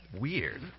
weird